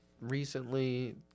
recently